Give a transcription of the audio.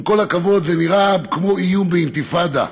עם כל הכבוד, זה נראה כמו איום באינתיפאדה.